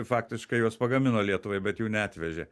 faktiškai juos pagamino lietuvai bet jų neatvežė